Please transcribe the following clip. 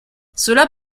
cela